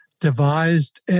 devised